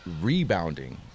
rebounding